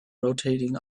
rotating